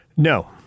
No